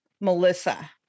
Melissa